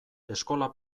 eskola